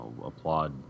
applaud